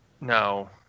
No